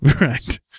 Right